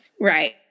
Right